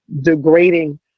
degrading